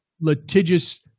litigious